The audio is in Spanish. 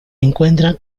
encuentran